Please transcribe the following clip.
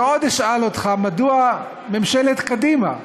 ועוד אשאל אותך: מדוע ממשלת קדימה,